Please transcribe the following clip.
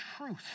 truth